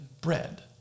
bread